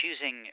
choosing